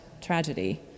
tragedy